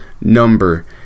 number